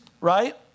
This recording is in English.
right